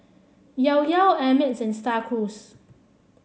Llao Llao Ameltz and Star Cruise